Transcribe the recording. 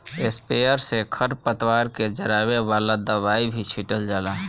sprayer से खर पतवार के जरावे वाला दवाई भी छीटल जाला